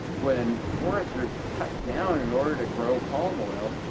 when forests are cut down in order to grow palm oil,